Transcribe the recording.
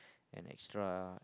and extra